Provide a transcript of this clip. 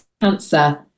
cancer